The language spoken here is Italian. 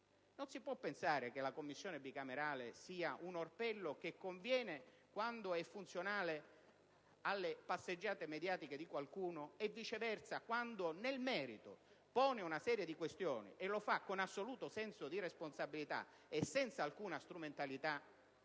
Non si può pensare che la Commissione bicamerale sia un orpello che conviene quando è funzionale alle passeggiate mediatiche di qualcuno e, viceversa, quando nel merito pone una serie di questioni, e lo fa con assoluto senso di responsabilità e senza alcuna strumentalità,